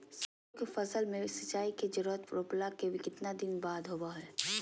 सरसों के फसल में सिंचाई के जरूरत रोपला के कितना दिन बाद होबो हय?